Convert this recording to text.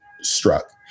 struck